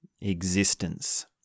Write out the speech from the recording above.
existence